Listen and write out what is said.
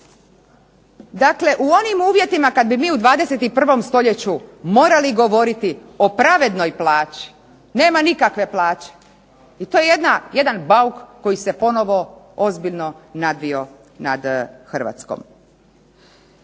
Dakle, u onim uvjetima kad bi mi u 21. stoljeću morali govoriti o pravednoj plaći nema nikakve plaće i to je jedan bauk koji se ponovo ozbiljno nadvio nad Hrvatskom.